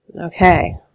Okay